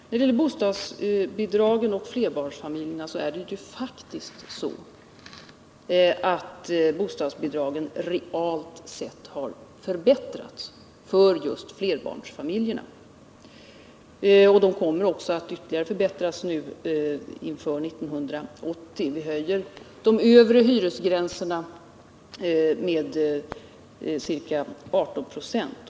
När det gäller bostadsbidragen och flerbarnsfamiljerna är det så att bostadsbidragen realt sett har förbättrats för just flerbarnsfamiljerna. De kommer också att ytterligare förbättras nu inför 1980. Vi höjer de övre hyresgränserna med ca 18 26.